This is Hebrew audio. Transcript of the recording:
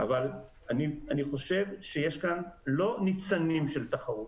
אבל אני חושב שיש כאן לא רק ניצנים של תחרות.